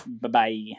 Bye-bye